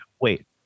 wait